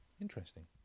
interesting